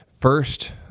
first